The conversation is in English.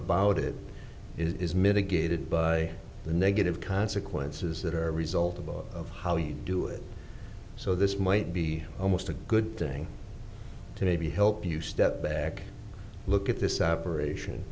about it is mitigated by the negative consequences that are a result of how you do it so this might be almost a good thing to maybe help you step back look at this operation